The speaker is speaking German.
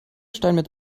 steinmetz